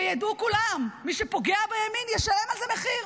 וידעו כולם: מי שפוגע בימין, ישלם על זה מחיר.